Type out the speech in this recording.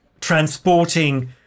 transporting